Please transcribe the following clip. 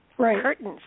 curtains